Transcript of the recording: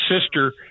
sister